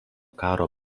karo